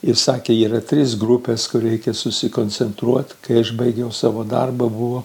ir sakė yra trys grupės kur reikia susikoncentruot kai aš baigiau savo darbą buvo